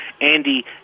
Andy